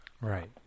Right